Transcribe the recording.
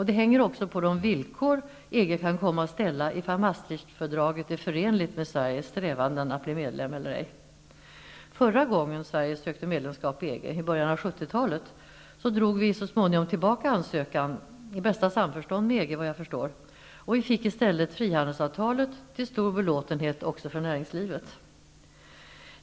Det hänger också på de villkor EG kan komma att ställa om Maastrichtfördraget är förenligt med Sveriges strävanden att bli medlem eller ej. Förra gången Sverige sökte medlemskap i EG, i början av 70-talet, drog vi så småningom -- i bästa samförstånd med EG, efter vad jag förstår -- tillbaka ansökan, och vi fick i stället frihandelsavtalet, till stor belåtenhet också för näringslivet.